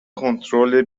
کنترل